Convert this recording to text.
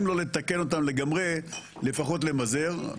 אם לא לתקן אותם לגמרי לפחות למזער.